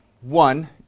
One